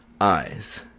eyes